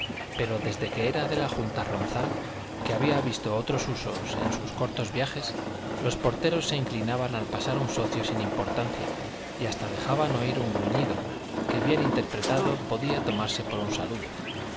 pero desde que era de la junta ronzal que había visto otros usos en sus cortos viajes los porteros se inclinaban al pasar un socio sin importancia y hasta dejaban oír un gruñido que bien interpretado podía tomarse por un saludo